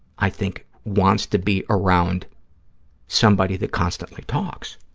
i think, wants to be around somebody that constantly talks.